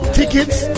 tickets